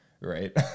right